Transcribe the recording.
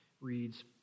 reads